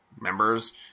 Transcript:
members